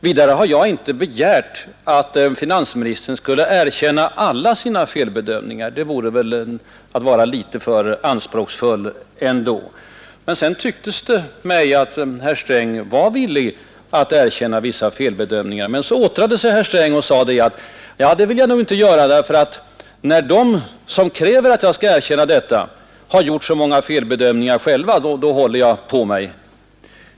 Vidare har jag inte begärt att finansministern skulle erkänna alla sina felbedömningar; det vore väl ändå att vara litet för anspråksfull. Det tycktes mig som om herr Sträng var villig att erkänna vissa felbedömningar, men sedan åtrade han sig och sade: Det vill jag nog inte göra, för när de som kräver att jag skall göra det har gjort så många felbedömningar själva håller jag på mig.